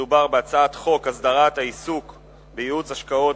מדובר בהצעת חוק הסדרת העיסוק בייעוץ השקעות,